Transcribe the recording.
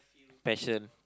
passion